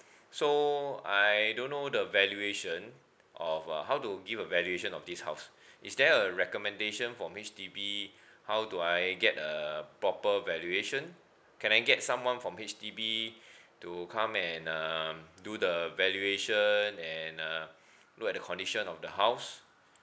so I don't know the valuation of uh how to give a valuation of this house is there a recommendation from H_D_B how do I get a proper valuation can I get someone from H_D_B to come and um do the valuation and uh look at the condition of the house